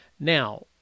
Now